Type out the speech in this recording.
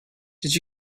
did